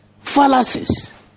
Fallacies